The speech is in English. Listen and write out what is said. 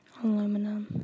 aluminum